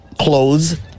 clothes